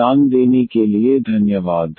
ध्यान देने के लिए धन्यवाद